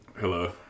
Hello